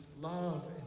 love